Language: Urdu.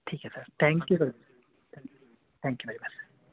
ٹھیک ہے sir thank you sir thank you very much